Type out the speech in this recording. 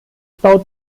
baut